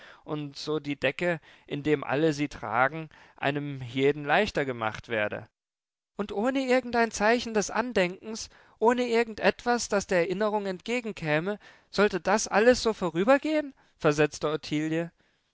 und so die decke indem alle sie tragen einem jeden leichter gemacht werde und ohne irgendein zeichen des andenkens ohne irgend etwas das der erinnerung entgegenkäme sollte das alles so vorübergehen versetzte